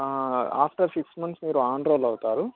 after six months మీరు enrol అవుతారు